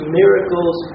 miracles